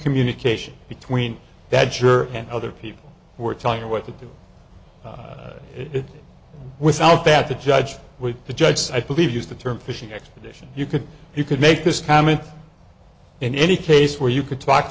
communication between that juror and other people were telling her what to do it without that the judge would the judge i believe used the term fishing expedition you could you could make this comment in any case where you could talk